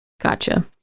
Gotcha